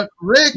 Rick